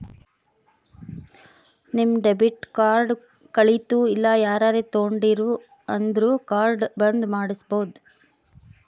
ನಿಮ್ debit card ಕಳಿತು ಇಲ್ಲ ಯಾರರೇ ತೊಂಡಿರು ಅಂದುರ್ ಕಾರ್ಡ್ ಬಂದ್ ಮಾಡ್ಸಬೋದು